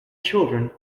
children